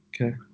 okay